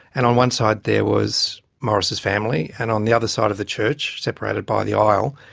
and on one side there was morris's family, and on the other side of the church, separated by the aisle,